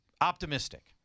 optimistic